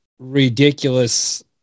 Ridiculous